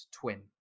twin